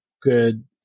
good